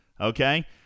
Okay